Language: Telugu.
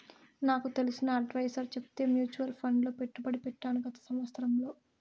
నాకు తెలిసిన అడ్వైసర్ చెప్తే మూచువాల్ ఫండ్ లో పెట్టుబడి పెట్టాను గత సంవత్సరంలో